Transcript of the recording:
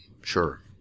sure